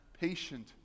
patient